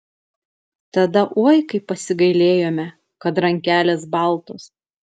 tada oi kaip pasigailėjome kad rankelės baltos